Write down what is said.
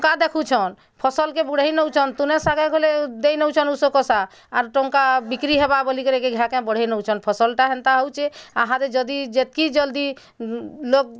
ଟଙ୍କା ଦେଖୁଛନ୍ ଫସଲ୍ କେ ବୁଢ଼େଇ ନଉଛନ୍ ତୁନେ ଶାଘେ ଘଲେ ଦେଇ ନେଉଛନ୍ ଉଷୋକଷା ଆର୍ ଟଙ୍କା ବିକ୍ରି ହେବା ବୋଲି କରି ଘାଏକେଁ ବଢ଼େଇ ନେଉଛନ୍ ଫସଲ୍ ଟା ହେନ୍ତା ହଉଛେ ଆହାଦେ ଯଦି ଯେତ୍କି ଜଲ୍ଦି ଲୋକ୍